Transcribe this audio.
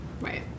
Right